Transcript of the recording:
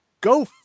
go